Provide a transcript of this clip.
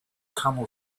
camel